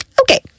Okay